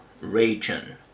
region